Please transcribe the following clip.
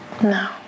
No